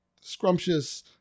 scrumptious